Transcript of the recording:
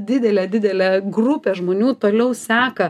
didelė didelė grupė žmonių toliau seka